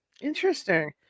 Interesting